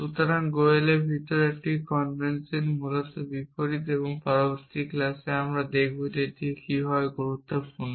সুতরাং গোয়েলের ভিতরে একটি কনভেনশন মূলত বিপরীত এবং পরবর্তী ক্লাসে আমরা দেখব কেন এটি অর্থপূর্ণ